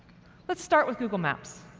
let's start with google maps.